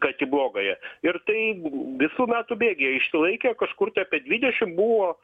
kad į blogąją ir tai visų metų bėgyje išsilaikė kažkur tai apie dvidešim buvo